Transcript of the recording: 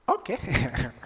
okay